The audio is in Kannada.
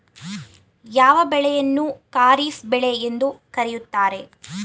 ಯಾವ ಬೆಳೆಯನ್ನು ಖಾರಿಫ್ ಬೆಳೆ ಎಂದು ಕರೆಯುತ್ತಾರೆ?